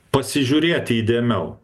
pasižiūrėti įdėmiau